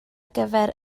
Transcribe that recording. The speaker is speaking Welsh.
gyfer